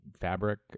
fabric